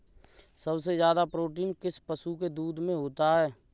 सबसे ज्यादा प्रोटीन किस पशु के दूध में होता है?